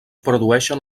produeixen